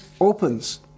opens